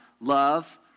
love